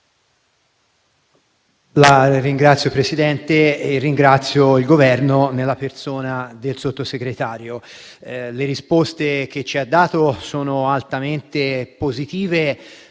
Signor Presidente, ringrazio il Governo, nella persona del sottosegretario Ferrante. Le risposte che ci ha dato sono altamente positive